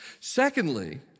Secondly